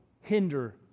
hinder